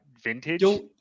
vintage